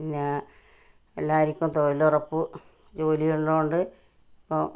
പിന്നെ എല്ലാവർക്കും തൊഴിലുറപ്പ് ജോലി ഉള്ളതുകൊണ്ട് ഇപ്പോൾ